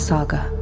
Saga